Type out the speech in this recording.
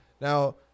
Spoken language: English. Now